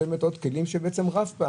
לא הובכתי ואני לא חושב שהיה חוסר הכנה.